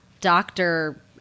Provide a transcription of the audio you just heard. doctor